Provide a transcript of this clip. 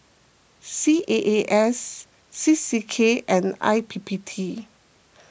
C A A S C C K and I P P T